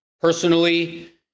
personally